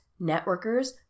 networkers